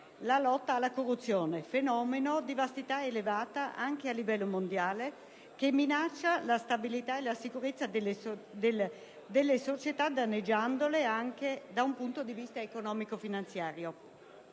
la lotta alla corruzione. Si tratta di un fenomeno di vastità elevata anche a livello mondiale, che minaccia la stabilità e la sicurezza delle società danneggiandole anche da un punto di vista economico-finanziario,